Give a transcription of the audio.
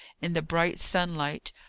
in the bright sunlight,